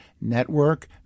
network